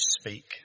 speak